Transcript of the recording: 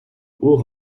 haut